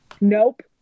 nope